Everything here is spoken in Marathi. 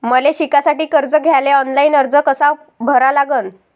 मले शिकासाठी कर्ज घ्याले ऑनलाईन अर्ज कसा भरा लागन?